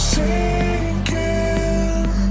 sinking